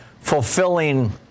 fulfilling